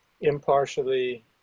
impartially